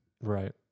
Right